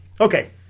Okay